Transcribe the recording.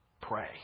Pray